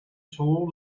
told